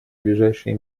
ближайшие